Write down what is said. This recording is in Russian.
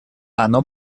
оно